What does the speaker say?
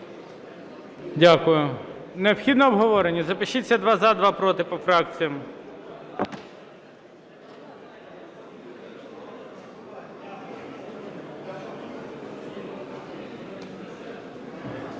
Дякую. Необхідно обговорення? Запишіться два – за, два – проти, по фракціях.